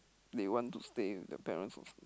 they want to stay with the parents also